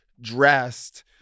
dressed